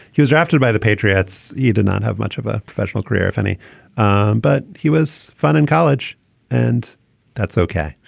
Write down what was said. he was drafted by the patriots. he did not have much of a professional career if any um but he was fun in college and that's ok.